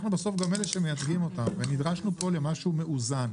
אנחנו בסוף גם אלה שמייצגים אותם נדרשנו פה למשהו מאוזן.